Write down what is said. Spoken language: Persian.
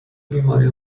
بیماری